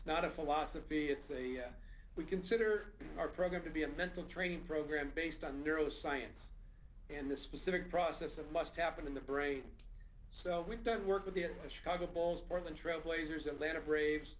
it's not a philosophy it's a we consider our program to be a mental training program based on neuro science and the specific process that must happen in the brain so we've done work with the chicago bulls portland trail blazers atlanta braves